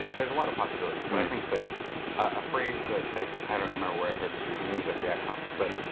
there's a lot of possibilities. and i think that a phrase that i i don't remember where i heard this recently. it was at react um but